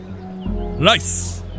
Rice